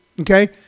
okay